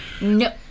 No